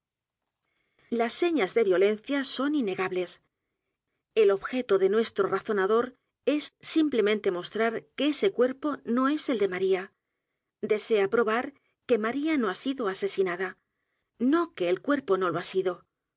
s señales de violencia son innegables el objeto de nuestro razonador es simplemente m o s t r a r que ese cuerpo no es el de maría desea probar que maría no ha sido asesinada no que el cuerpo no lo ha sido